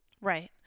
Right